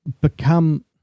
become